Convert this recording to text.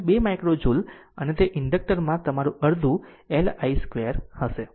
2 micro joules અને તે inductor માં તમારું અર્ધ L i 2 હશે